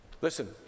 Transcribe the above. Listen